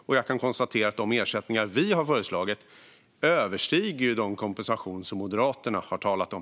Jag kan också konstatera att de ersättningar som vi har föreslagit överstiger den kompensation som Moderaterna har talat om.